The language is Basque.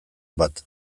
bat